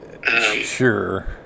sure